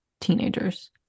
teenagers